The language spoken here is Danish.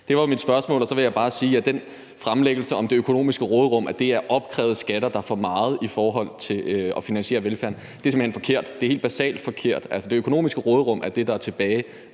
Det var mit spørgsmål, og så vil jeg bare sige, at den fremlæggelse af det økonomiske råderum, der handler om, at det er opkrævede skatter, der er for meget i forhold til at finansiere velfærden, simpelt hen er forkert. Basalt set er det helt forkert. Altså, det økonomiske råderum er det, der er tilbage